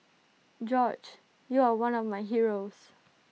George you are one of my heroes